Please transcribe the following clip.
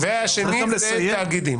והשני זה תאגידים.